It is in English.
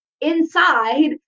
inside